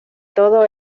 todo